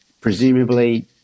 Presumably